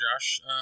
Josh